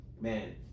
man